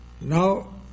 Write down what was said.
Now